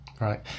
right